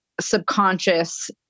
subconscious